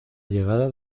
llegada